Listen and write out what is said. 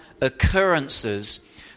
occurrences